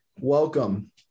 welcome